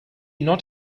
not